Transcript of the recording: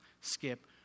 skip